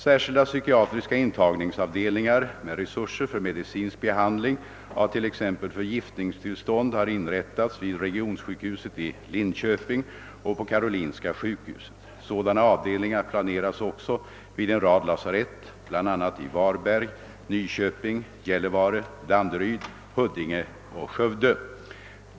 Särskilda psykiatriska intagningsavdelningar med resurser för medicinsk behandling av t.ex. förgiftningstillstånd har inrättats vid regionsjukhuset i Linköping och på karolinska sjukhuset. Sådana avdelningar planeras också vid en rad lasarett, bl.a. i Varberg, Nyköping, Gällivare, Danderyd, Huddinge och Skövde.